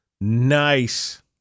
Nice